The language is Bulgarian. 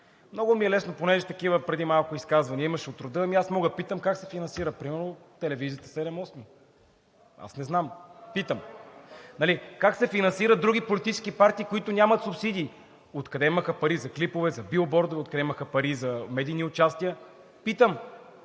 Много ми е лесно, понеже преди малко имаше такива изказвания от рода. Ами аз мога да питам как се финансира примерно телевизията „7/8“? Аз не знам – питам, нали? Как се финансират други политически парти, които нямат субсидии? Откъде имаха пари за клипове, за билбордове, откъде имаха пари за медийни участия? Питам